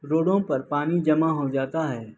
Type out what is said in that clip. روڈوں پر پانی جمع ہو جاتا ہے